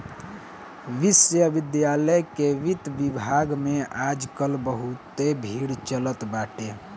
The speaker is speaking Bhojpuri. विश्वविद्यालय के वित्त विभाग में आज काल बहुते भीड़ चलत बाटे